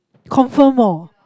confirm orh